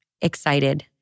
excited